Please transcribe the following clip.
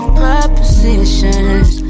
propositions